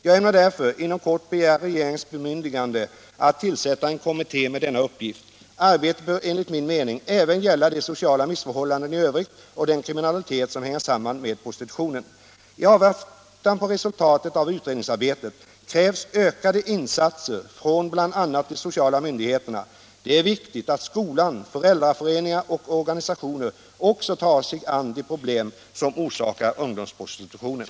Jag ämnar därför inom kort begära regeringens bemyndigande att tillsätta en kommitté med denna uppgift. Arbetet bör enligt min mening även gälla de sociala missförhållanden i övrigt och den kriminalitet som hänger samman med prostitutionen. I avvaktan på resultatet av utredningsarbetet krävs ökade insatser från bl.a. de sociala myndigheterna. Det är viktigt att skolan, föräldraföreningar och organisationer också tar sig an de problem som orsakar ungdomsprostitutionen.